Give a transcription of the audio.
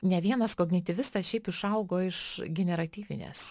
ne vienas kognityvistas šiaip išaugo iš generatyvinės